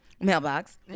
mailbox